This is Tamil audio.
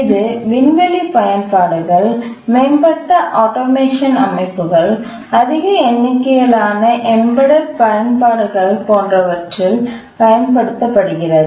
இது விண்வெளி பயன்பாடுகள் மேம்பட்ட ஆட்டோமேஷன் அமைப்புகள் அதிக எண்ணிக்கையிலான எம்படட் பயன்பாடுகள் போன்றவற்றில் பயன்படுத்தப்படுகிறது